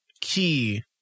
key